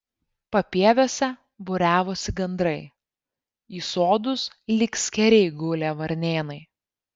papieviuose būriavosi gandrai į sodus lyg skėriai gulė varnėnai